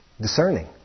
discerning